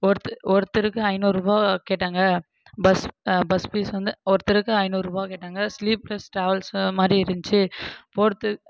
ஒருத் ஒருத்தருக்கு ஐநூறு ரூபா கேட்டாங்க பஸ் பஸ் பீஸ் வந்து ஒருத்தருக்கு ஐநூறு ரூபா கேட்டாங்க ஸ்லீப்லெஸ் டிராவல்ஸு அதை மாதிரி இருந்துச்சு போறது